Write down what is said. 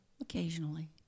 occasionally